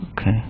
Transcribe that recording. okay